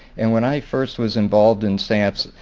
and when i first was involved in stamps,